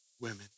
Women